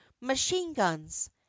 machine-guns